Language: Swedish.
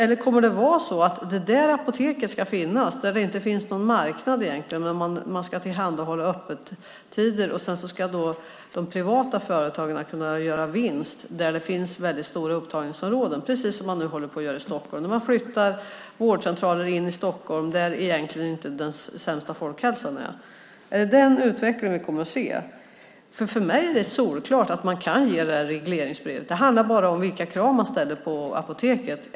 Ska apoteket finnas där det egentligen inte finns någon marknad, men man ska tillhandahålla öppettider och de privata företagen ska kunna göra vinst där det är väldigt stora upptagningsområden? Precis det håller man nu på att göra i Stockholm, när man flyttar vårdcentraler in i Stockholm där den sämsta folkhälsan egentligen inte finns. Är det den utvecklingen vi kommer att se? För mig är det solklart att man kan ge det här regleringsbrevet. Det handlar bara om vilka krav man ställer på Apoteket.